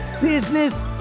business